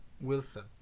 Wilson